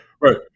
Right